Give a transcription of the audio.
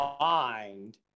mind